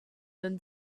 than